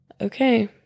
okay